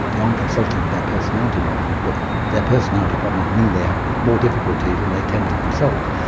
they aren't consulting with their personality problems but their personality problems mean they have more difficulties and they tend to consult.